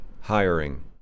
hiring